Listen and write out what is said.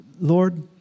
Lord